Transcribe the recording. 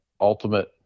ultimate